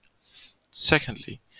Secondly